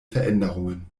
veränderungen